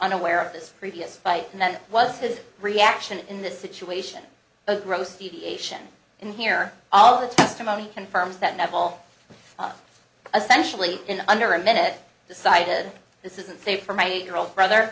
unaware of his previous fight and then it was his reaction in this situation a gross deviation in here all the testimony confirms that level especially in under a minute decided this isn't safe for my eight year old brother